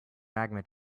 magma